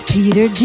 Peter